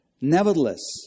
Nevertheless